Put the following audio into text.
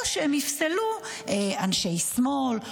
או שהם יפסלו אנשי שמאל.